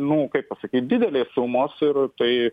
nū kaip pasakyt didelės sumos ir tai